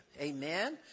Amen